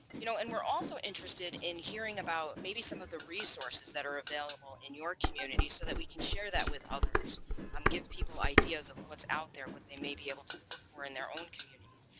you know and we're also interested in hearing about maybe some of the resources that are available in your community so that we can share that with others um give people ideas of what's out there and what they may be able to look for in their own communities.